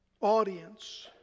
audience